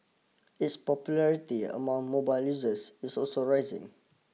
its popularity among mobile users is also rising